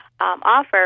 offer